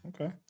okay